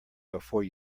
before